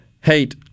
hate